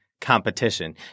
competition